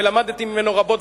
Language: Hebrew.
ולמדתי ממנו רבות.